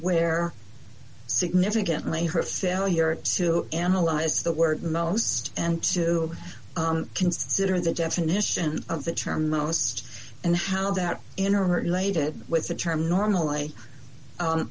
where significantly her failure to analyze the word most and to consider the definition of the term most and how that interrelated with the term normally